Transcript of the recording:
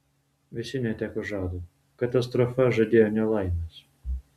visi neteko žado katastrofa žadėjo nelaimes